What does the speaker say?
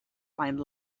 find